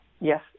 Yes